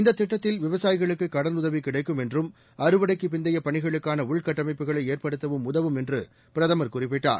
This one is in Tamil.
இந்த திட்டத்தில் விவசாயிகளுக்கு கடன் உதவி கிடைக்கும் என்றும் அறுவடைக்குப் பிந்தைய பணிகளுக்கான உள்கட்டமைப்புகளை ஏற்படுத்தவும் உதவும் என்று பிரதமர் குறிப்பிட்டார்